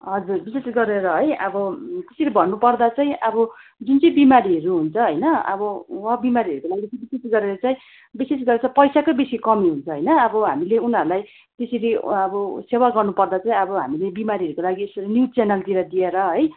हजुर विशेष गरेर है अब भन्नुपर्दा चाहिँ अब जुनचाहिँ बिमारीहरू हुन्छ हैन अब वहाँ बिमारीहरूको लागि विशेष गरेर चाहिँ पैसाकै बेसी कमी हुन्छ होइन अब हामीले उनीहरूलाई त्यसरी अब सेवा गर्नुपर्दा चाहिँ अब हामीले बिमारीहरूको लागि यसरी न्युज च्यानलतिर दिएर है